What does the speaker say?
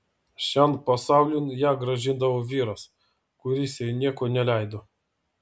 šian pasaulin ją grąžindavo vyras kuris jai nieko neleido